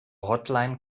hotline